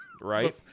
Right